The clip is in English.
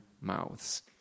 mouths